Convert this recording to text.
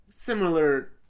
Similar